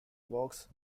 works